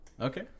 Okay